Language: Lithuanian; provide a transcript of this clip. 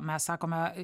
mes sakome